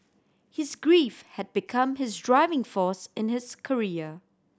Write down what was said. his grief had become his driving force in his career